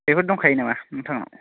बेफोर दंखायो नामा नोंथांनाव